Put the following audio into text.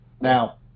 Now